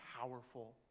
powerful